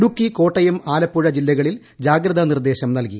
ഇടുക്കി കോട്ടയം ആലപ്പുഴ ജില്ലകളിൽ ജാഗ്രതാ നിർദ്ദേശം നല്കി